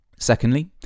Secondly